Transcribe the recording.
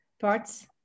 parts